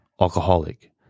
alcoholic